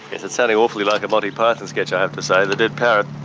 it's sounding awfully like a monty python sketch i have to say the dead parrot.